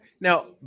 Now